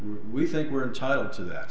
we think we're entitled to that